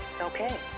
Okay